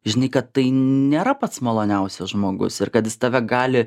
žinai kad tai nėra pats maloniausias žmogus ir kad jis tave gali